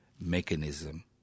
mechanism